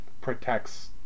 protects